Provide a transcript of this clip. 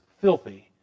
filthy